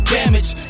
damage